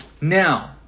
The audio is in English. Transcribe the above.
Now